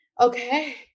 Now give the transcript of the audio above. okay